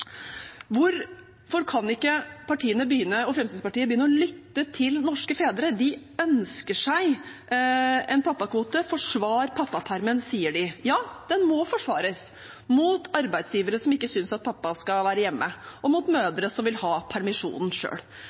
Hvorfor kan ikke partiene og Fremskrittspartiet begynne å lytte til norske fedre? De ønsker seg en pappakvote. Forsvar pappapermen, sier de. Ja, den må forsvares – mot arbeidsgivere som ikke synes at pappa skal være hjemme, og mot mødre som vil ha permisjonen